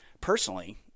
Personally